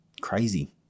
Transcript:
crazy